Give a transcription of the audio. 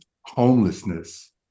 homelessness